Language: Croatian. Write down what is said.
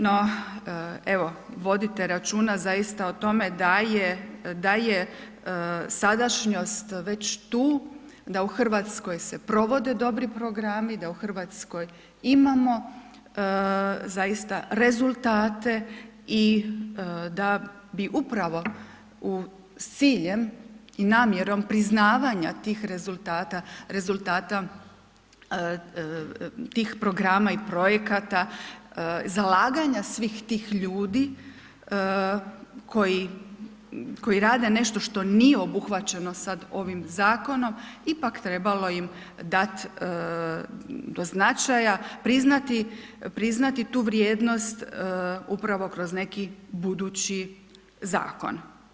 No, evo vodite računa zaista o tome da je sadašnjost već tu, da u Hrvatskoj se provode dobri programi, da u Hrvatskoj imamo zaista rezultate i da bi upravo u, s ciljem i namjerom priznavanja tih rezultata, rezultata tih programa i projekata, zalaganja svih tih ljudi koji rade nešto što nije obuhvaćeno sad ovim zakonom ipak trebalo im dati do značaja, priznati tu vrijednost upravo kroz neki budući zakon.